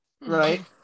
Right